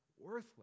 worthless